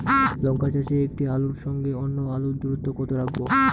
লঙ্কা চাষে একটি আলুর সঙ্গে অন্য আলুর দূরত্ব কত রাখবো?